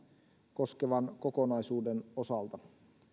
koskevan kokonaisuuden osalta paitsi että